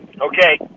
Okay